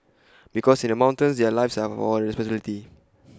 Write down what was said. because in the mountains their lives are our responsibility